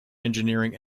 engineering